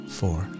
four